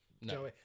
No